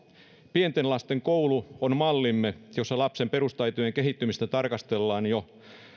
pienten lasten koulu on mallimme jossa lapsen perustaitojen kehittymistä tarkastellaan jo